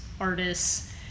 artists